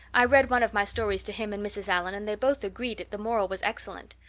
i read one of my stories to him and mrs. allan and they both agreed that the moral was excellent.